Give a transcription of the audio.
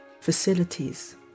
facilities